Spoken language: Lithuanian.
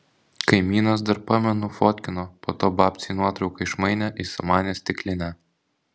kaimynas dar pamenu fotkino po to babcei nuotrauką išmainė į samanės stiklinę